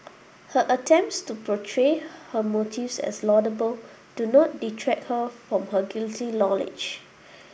her attempts to portray her motives as laudable do not detract her from her guilty knowledge